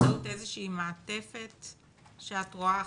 באמצעות איזו שהיא מעטפת שאת רואה חסרה?